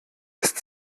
ist